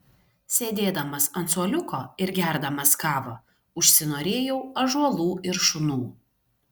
sėdėdamas ant suoliuko ir gerdamas kavą užsinorėjau ąžuolų ir šunų